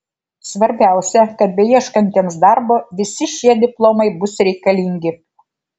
svarbiausia kad beieškantiems darbo visi šie diplomai bus reikalingi